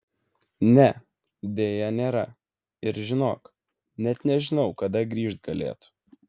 ne deja nėra ir žinok net nežinau kada grįžt galėtų